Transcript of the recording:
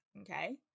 Okay